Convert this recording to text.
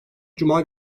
cuma